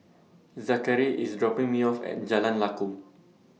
Zakary IS dropping Me off At Jalan Lakum